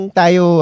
tayo